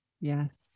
Yes